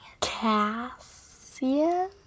Cassian